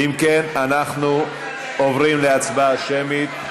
אם כן, אנחנו עוברים להצבעה שמית.